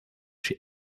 she